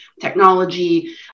technology